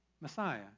Messiah